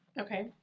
Okay